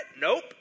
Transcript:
Nope